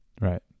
right